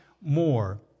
more